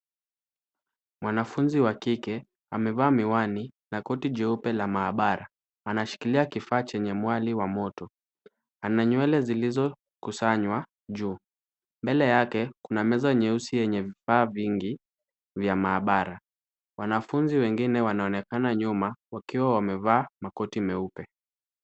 Mwanafunzi wa kike, amevaa miwani na koti jeupe la maabara. Anashikilia kifaa chenye mwali wa moto. Ana nywele zilizokusanywa juu. Mbele yake kuna meza nyeusi yenye vifaa vingi, vya maabara. Wanafunzi wengine wanaonekana nyuma wakiwa wamevaa makoti meupe.